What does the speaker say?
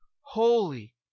holy